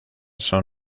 son